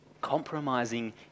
compromising